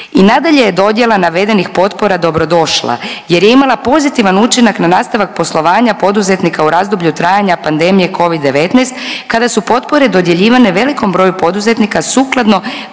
i nadalje je dodjela navedenih potpora dobrodošla jer je imala pozitivan učinak na nastavak poslovanja poduzetnika u razdoblju od trajanja pandemije Covid-19 kada su potpore dodjeljivane velikom broju poduzetnika sukladno